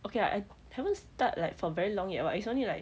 okay ah I haven't start like for very long yet [what] it's only like